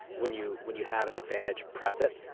when you when you have an advantage, press it.